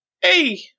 Hey